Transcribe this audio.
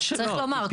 צריך לומר,